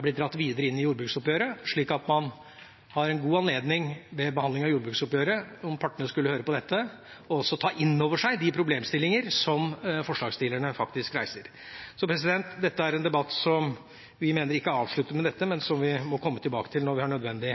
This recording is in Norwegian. blitt dratt videre inn i jordbruksoppgjøret, slik at man ved behandling av jordbruksoppgjøret, om partene skulle høre på dette, har god anledning til også å ta inn over seg de problemstillinger som forslagsstillerne faktisk reiser. Så dette er en debatt som vi mener ikke avsluttes med dette, men som vi må komme tilbake til når vi har nødvendig